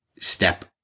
step